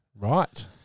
Right